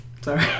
Sorry